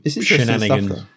shenanigans